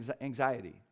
anxiety